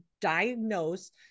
diagnose